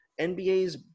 NBA's